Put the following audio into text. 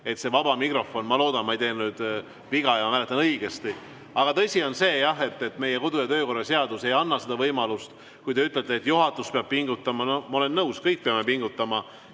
voorus vaba mikrofoni kohta. Ma loodan, ma ei teinud viga ja mäletasin õigesti. Aga tõsi on see, et meie kodu- ja töökorra seadus ei anna seda võimalust. Te ütlete, et juhatus peab pingutama – ma olen nõus, me kõik peame pingutama.